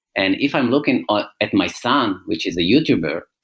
and if i'm looking ah at at my son, which is a youtuber,